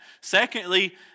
Secondly